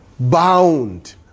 bound